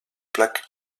plaques